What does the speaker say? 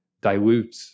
dilute